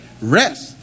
Rest